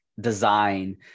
design